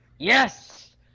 Yes